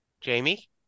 Jamie